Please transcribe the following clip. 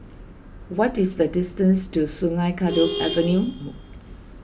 what is the distance to Sungei Kadut Avenue